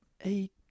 Eight